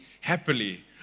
happily